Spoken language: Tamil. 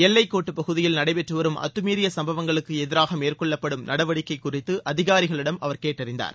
எல்லைக்கோட்டுப்பகுதியில் நடைபெற்று வரும் அத்துமீறிய சம்பவங்களுக்கு எதிராக மேற்கொள்ளப்படும் நடவடிக்கை குறித்து அதிகாரிகளிடம் அவர் கேட்டறிந்தார்